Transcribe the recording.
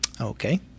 okay